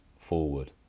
forward